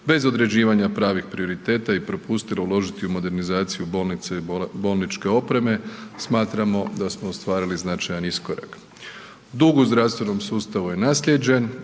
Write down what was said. bez određivanja pravih prioriteta i propustile uložiti u modernizaciju bolnica i bolničke opreme, smatramo da smo ostvarili značajan iskorak. Dug u zdravstvenom sustavu je naslijeđen